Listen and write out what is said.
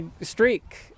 streak